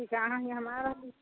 ठीक हइ अहाँ हियाँ हम आ रहली